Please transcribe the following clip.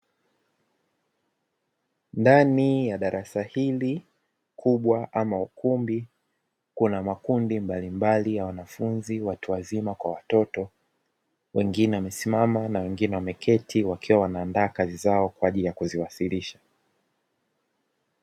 Ndani ya darasa hili kubwa ama ukumbi kuna makundi mbalimbali ya wanafunzi, watu wazima kwa watoto. Wengine wamesimama na wengine wameketi wakiwa wanaandaa kazi zao kwa ajili ya kuziwasilisha.